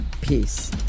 Peace